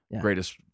greatest